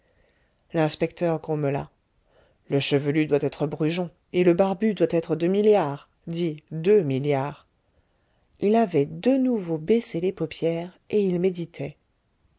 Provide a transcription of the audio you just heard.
l'inspecteur grommela le chevelu doit être brujon et le barbu doit être demi liard dit deux milliards il avait de nouveau baissé les paupières et il méditait